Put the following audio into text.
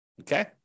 okay